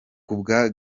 kubwa